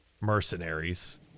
mercenaries